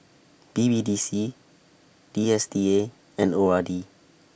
B B D C D S T A and O R D